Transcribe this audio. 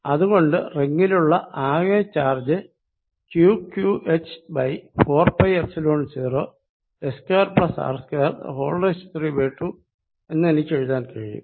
അത് കൊണ്ട് റിങ്ങിലുള്ള ആകെ ചാർജ് Qqh4πϵ0h2R232 എന്ന് എനിക്ക് എഴുതാൻ കഴിയും